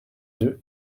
deux